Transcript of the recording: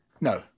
No